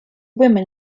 women